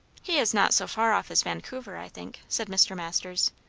he is not so far off as vancouver, i think, said mr. masters.